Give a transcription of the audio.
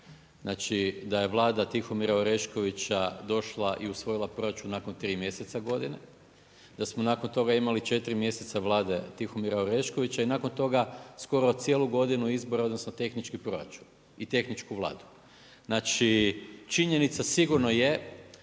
Znači da je Vlada Tihomira Oreškovića došla i usvojila proračun nakon 3 mjeseca godine. Da smo nakon toga imali 4 mjeseca Vlade Tihomira Oreškovića i nakon toga skoro cijelu godinu izbore odnosno tehnički proračun i tehničku Vladu. Znači činjenica sigurno je